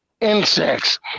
insects